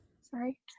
Sorry